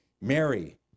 Mary